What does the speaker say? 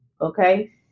Okay